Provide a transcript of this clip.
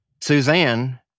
Suzanne